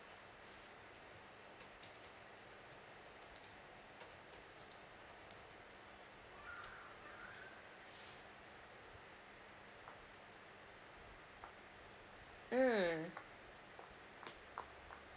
mm